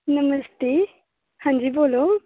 नमस्ते हां जी बोल्लो